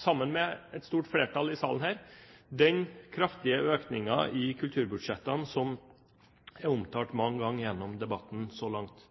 sammen med et stort flertall i salen her, stått bak den kraftige økningen i kulturbudsjettene som er omtalt mange ganger gjennom debatten så langt. Kristelig